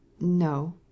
No